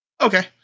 Okay